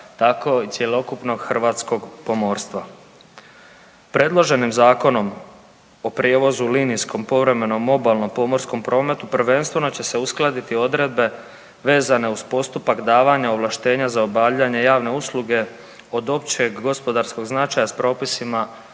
tako i cjelokupnog hrvatskog pomorstva. Predloženim Zakonom o prijevozu u linijskom povremenom obalnom pomorskom prometu prvenstveno će se uskladiti odredbe vezane uz postupak davanja ovlaštenja za obavljanje javne usluge od općeg gospodarskog značaja s propisima